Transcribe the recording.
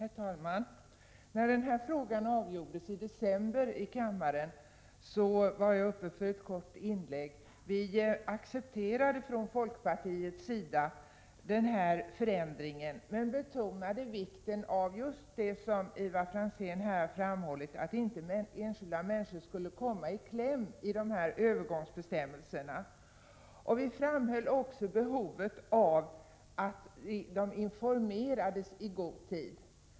Herr talman! När den här frågan avgjordes i riksdagen i december förra året gjorde jag ett kort inlägg i debatten. Från folkpartiets sida accepterade vi den här förändringen men betonade vikten av just det som Ivar Franzén nu har framhållit, nämligen att inte enskilda människor fick komma i kläm i samband med övergångsbestämmelserna. Vi framhöll också behovet av att de berörda människorna informerades i god tid.